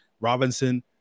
Robinson